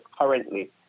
currently